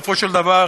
בסופו של דבר,